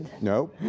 No